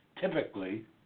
typically